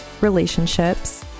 relationships